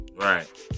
Right